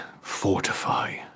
fortify